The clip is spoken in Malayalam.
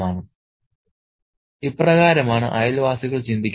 " ഇപ്രകാരമാണ് അയൽവാസികൾ ചിന്തിക്കുന്നത്